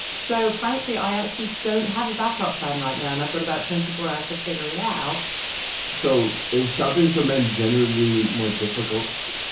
so, frankly, i actually don't have a backup plan right now and i've got about twenty four hours to figure it out so is shopping for men generally more difficult?